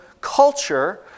culture